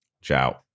Ciao